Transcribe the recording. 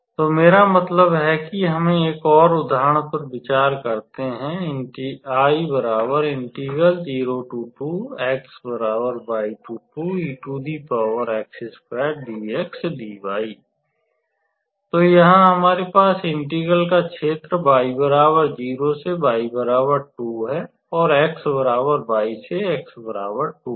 तो मेरा मतलब है कि हमें एक और उदाहरण पर विचार करते हैं तो यहाँ हमारे पास इंटीग्रल का क्षेत्र y0 से y 2 और x y से x2 है